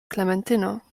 klementyno